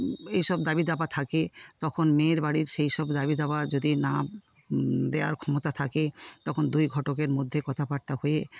এইসব দাবি দাওয়া থাকে তখন মেয়ের বাড়ির সেইসব দাবি দাওয়া যদি না দেওয়ার ক্ষমতা থাকে তখন দুই ঘটকের মধ্যে কথাবার্তা হয়ে